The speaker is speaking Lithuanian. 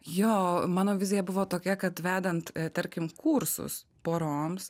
jo mano vizija buvo tokia kad vedant tarkim kursus poroms